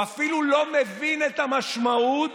הוא אפילו לא מבין את המשמעות